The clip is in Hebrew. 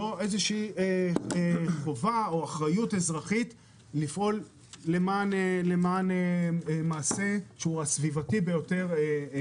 זאת חובה ואחריות אזרחית לפעול למען מעשה סביבתי ביותר.